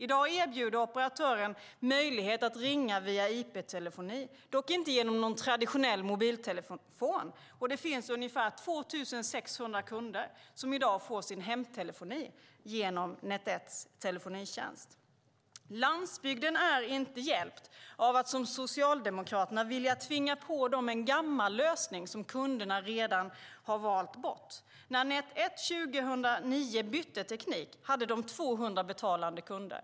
I dag erbjuder operatören möjlighet att ringa via IP-telefoni, dock inte genom någon traditionell mobiltelefon. Det finns ungefär 2 600 kunder som i dag får sin hemtelefoni genom Net 1:s telefonitjänst. Landsbygden är inte hjälpt av att som Socialdemokraterna vilja tvinga på den en gammal lösning som kunderna redan valt bort. Innan Net 1 år 2009 bytte teknik hade de 200 betalande kunder.